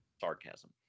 Sarcasm